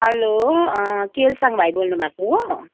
hello Kelsang भाइ बोल्नुभएको हो